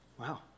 Wow